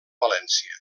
valència